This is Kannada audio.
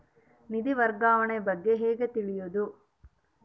ನಿಧಿ ವರ್ಗಾವಣೆ ಬಗ್ಗೆ ಹೇಗೆ ತಿಳಿಯುವುದು?